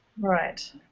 Right